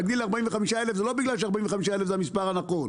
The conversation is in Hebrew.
להגדיל ל-45,000 זה לא בגלל שזה המספר הנכון,